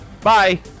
Bye